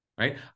right